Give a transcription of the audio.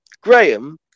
graham